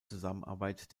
zusammenarbeit